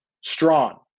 Strawn